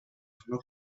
from